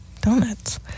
donuts